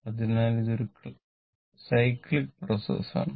അതിനാൽ ഇത് ഒരു സൈക്ലിക് പ്രോസസ്സ് ആണ്